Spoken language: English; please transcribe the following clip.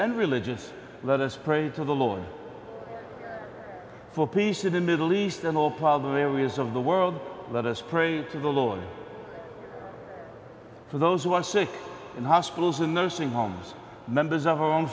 and religious let us pray to the lord for peace in the middle east and all problem areas of the world let us pray to the lord for those who are sick and hospitals and nursing homes members of her own